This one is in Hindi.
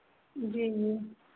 जी जी